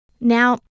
Now